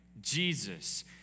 Jesus